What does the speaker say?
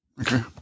Okay